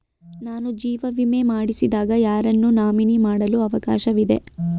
ನಾನು ಜೀವ ವಿಮೆ ಮಾಡಿಸಿದಾಗ ಯಾರನ್ನು ನಾಮಿನಿ ಮಾಡಲು ಅವಕಾಶವಿದೆ?